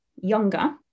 younger